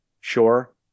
Sure